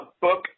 book